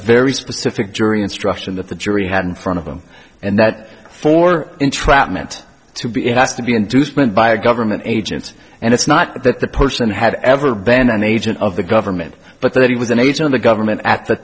very specific jury instruction that the jury had in front of them and that for entrapment to be it has to be inducement by a government agent and it's not that the person had ever been an agent of the government but that it was the nature of the government at the